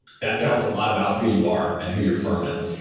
that tells a lot about who you are and who your firm is.